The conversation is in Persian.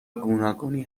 گوناگونی